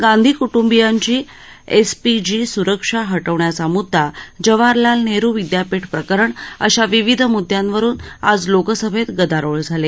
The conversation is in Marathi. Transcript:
गांधी कुपुंबियांची एसपीजी सुरक्षा ह वण्याचा मुद्दा जवाहरलाल नेहरु विद्यापीठ प्रकरण अशा विविध मुद्यांवरुन आज लोकसभेत गदारोळ झाले